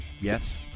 Yes